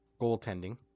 goaltending